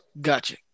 Gotcha